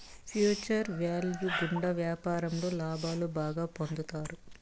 future value గుండా వ్యాపారంలో లాభాలు బాగా పొందుతారు